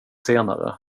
senare